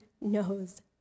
knows